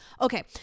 okay